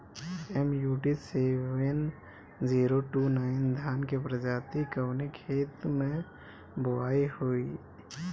MUT seven zero two nine धान के प्रजाति कवने खेत मै बोआई होई?